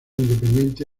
independiente